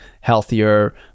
healthier